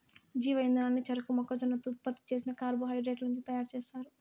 జీవ ఇంధనాన్ని చెరకు, మొక్కజొన్నతో ఉత్పత్తి చేసిన కార్బోహైడ్రేట్ల నుంచి తయారుచేస్తారు